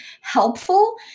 helpful